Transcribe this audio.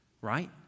Right